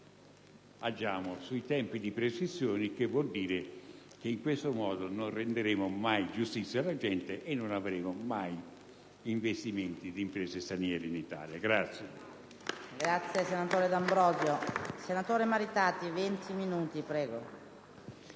riduciamo i tempi di prescrizione, il che vuol dire che in questo modo non renderemo giustizia alla gente e non avremo mai investimenti di imprese straniere in Italia.